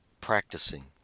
practicing